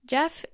Jeff